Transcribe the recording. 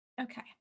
Okay